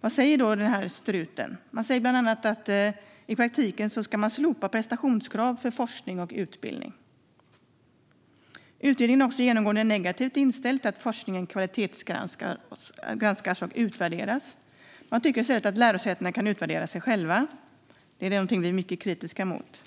Vad säger då Struten? Den säger bland annat att prestationskrav för forskning och utbildning i praktiken ska slopas. Utredningen är också genomgående negativt inställd till att forskningen kvalitetsgranskas och utvärderas och tycker i stället att lärosätena kan utvärdera sig själva. Detta är vi mycket kritiska mot.